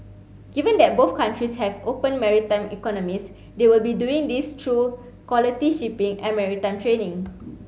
given that both countries have open maritime economies they will be doing this through quality shipping and maritime training